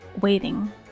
waiting